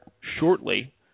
shortly